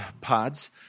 pods